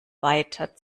weiter